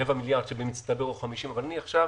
רבע מיליארד במצטבר, או 50, אבל אני עכשיו